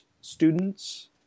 students